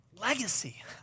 Legacy